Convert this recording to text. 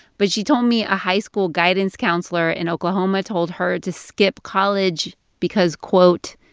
but she told me a high school guidance counselor in oklahoma told her to skip college because, quote,